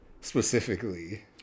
specifically